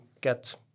get